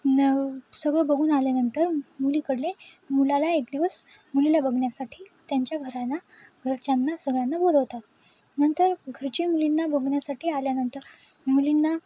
न सगळं बघून आल्यानंतर मुलीकडले मुलाला एक दिवस मुलीला बघण्यासाठी त्यांच्या घरांना घरच्यांना सगळ्यांना बोलवतात नंतर घरचे मुलींना बघण्यासाठी आल्यानंतर मुलींना